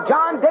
John